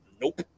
Nope